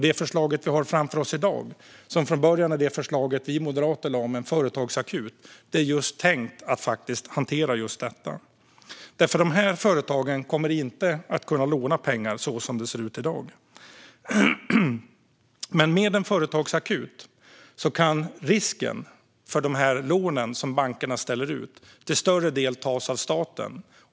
Det förslag som vi har framför oss i dag, som från början är det förslag som vi moderater lade fram om en företagsakut, är just tänkt att hantera detta. De här företagen kommer nämligen inte att kunna låna pengar så som det ser ut i dag. Men med en företagsakut kan risken för de lån som bankerna ställer ut till större del tas av staten.